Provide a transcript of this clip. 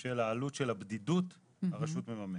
של העלות של הבדידות הרשות מממנת.